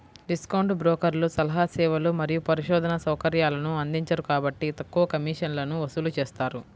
discount బ్రోకర్లు సలహా సేవలు మరియు పరిశోధనా సౌకర్యాలను అందించరు కాబట్టి తక్కువ కమిషన్లను వసూలు చేస్తారు